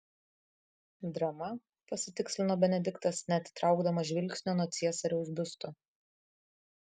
drama pasitikslino benediktas neatitraukdamas žvilgsnio nuo ciesoriaus biusto